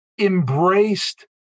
embraced